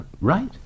Right